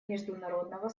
международного